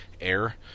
air